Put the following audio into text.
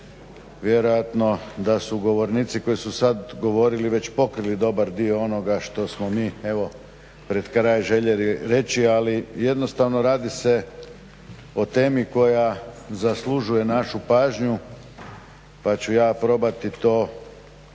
Vjerojatno da su govornici koji su sada govorili već pokrili dobar dio onoga što smo mi pred kraj željeli reći ali jednostavno radi se o temi koja zaslužuje našu pažnju pa ću ja probati to sažeti